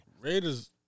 Raiders